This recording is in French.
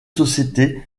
sociétés